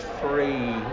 three